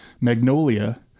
Magnolia